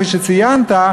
כפי שציינת,